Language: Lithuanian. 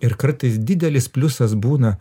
ir kartais didelis pliusas būna